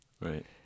Right